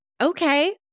Okay